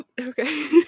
Okay